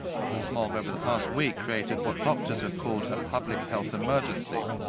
but, the smog over the past week created what doctors have called a public health emergency.